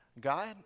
God